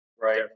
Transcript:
Right